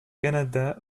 canada